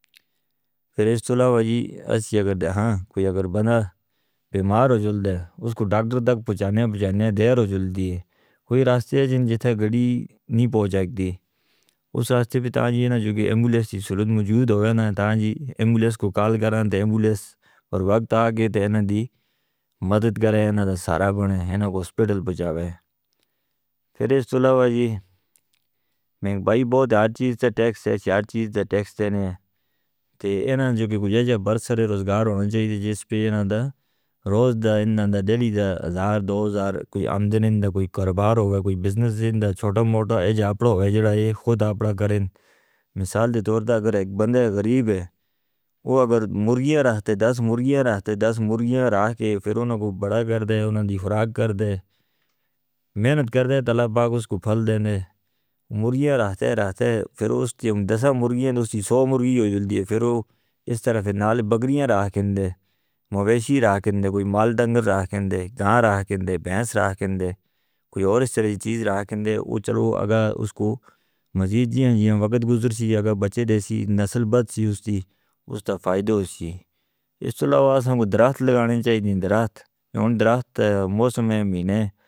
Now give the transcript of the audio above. پھر اس تو علاوہ جی اس جگہ دے ہاں کوئی اگر بندہ بیمار ہو جُل دے اس کو ڈاکٹر تک پہنچانے بجانے دے ہو جُل دی ہے کوئی راستہ ہے جن جتے گڑی نہیں پہنچا دی اس راستے پہ تاں جی نا جو کہ ایمبولیس کی سہولت موجود ہو گیا نا تاں جی ایمبولیس کو کال کران تاں ایمبولیس پر وقت آکے دہرے نا دی مدد کرے نا دا سارا بنے ہنہ کو اسپٹل بجاوے۔ پھر اس تو علاوہ جی مہنگ بھائی بہت ہر چیز دا ٹیکس ہے ہر چیز دا ٹیکس دینے تے اینہ جو کوئی جا جا برسری روزگار ہونوں چاہیدی جیس پہ اینہ دا روز دا اینہ دا دلی دا ہزار دو ہزار کوئی آمدن ہوندا کوئی کاروبار ہوندا کوئی بزنس ہوندا چھوٹا موٹا ایج اپنا وہ جو دا ایہ خود اپنا کریں۔ مثال دے طور تاں اگر ایک بندہ غریب ہے وہ اگر مرگیاں رہتے دس مرگیاں رہتے دس مرگیاں رہ کے پھر ان کو بڑا کر دے انہوں دی فراغ کر دے محنت کر دے طلبہ کو اس کو پھل دینے مرگیاں رہتے رہتے پھر اس دن دسہ مرگیاں نے اسی سو مرگی ہو جُل دی ہے۔ پھر اس طرف نال بکریاں رہ کھندے موویشی رہ کھندے کوئی مال دنگر رہ کھندے گاں رہ کھندے بیس رہ کھندے کوئی اور اس طرح چیز رہ کھندے وہ چلوں اگہ اس کو مزید جین یہ وقت گزر سی اگہ بچے دے سی نسل بڑھ سی اس دی اس تا فائدہ ہو سی۔ اس تو علاوہ اس ہم کو درخت لگانے چاہی دی درخت انہوں درخت موسم ہے مینے.